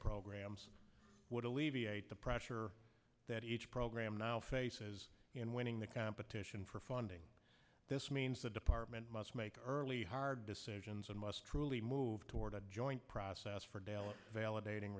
programs would alleviate the pressure that each program now faces in winning the competition for funding this means the department must make early hard decisions and must truly move toward a joint process for dal